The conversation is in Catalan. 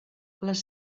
les